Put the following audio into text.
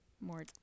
more